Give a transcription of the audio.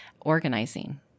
organizing